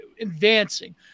advancing